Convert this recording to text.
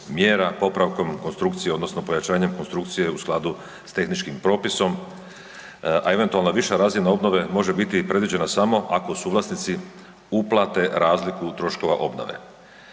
mjera, popravkom konstrukcije odnosno pojačanjem konstrukcije u skladu s tehničkim propisom, a eventualna viša razina obnove može biti predviđena samo ako suvlasnici uplate razliku troškova obnove.